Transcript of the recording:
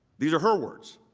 these are her words.